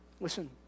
Listen